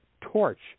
torch